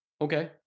okay